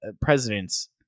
presidents